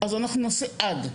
אנחנו נעשה עד.